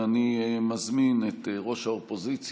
ואני מזמין את ראש האופוזיציה,